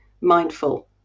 mindful